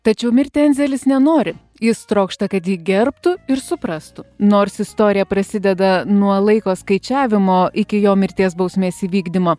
tačiau mirti anzelis nenori jis trokšta kad jį gerbtų ir suprastų nors istorija prasideda nuo laiko skaičiavimo iki jo mirties bausmės įvykdymo